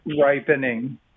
ripening